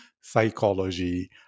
psychology